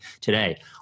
today